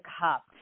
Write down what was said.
cup